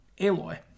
...Aloy